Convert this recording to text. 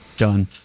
done